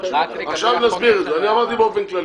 עכשיו נסביר את זה, אני אמרתי באופן כללי.